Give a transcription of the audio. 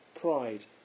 pride